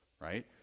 right